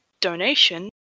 donation